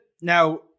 now